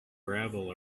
gravel